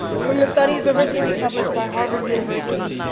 from the studies originally published by harvard university,